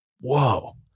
whoa